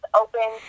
open